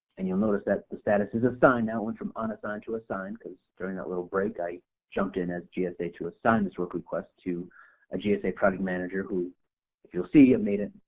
and you'll notice that the status is assigned now, it went from unassigned to assigned because during that little break i jumped in as gsa to assign this work request to a gsa project manager who you'll see it made it,